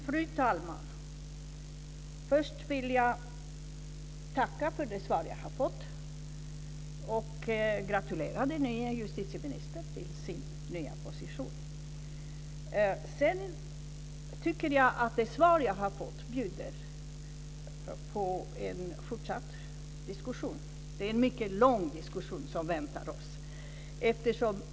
Fru talman! Först vill jag tacka för det svar jag har fått och gratulera den nya justitieministern till hans nya position. Jag tycker att det svar jag har fått inbjuder till en fortsatt diskussion. Det är en mycket lång diskussion som väntar oss.